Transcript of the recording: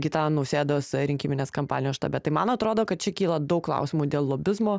gitano nausėdos rinkiminės kampanijos štabe tai man atrodo kad čia kyla daug klausimų dėl lobizmo